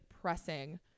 pressing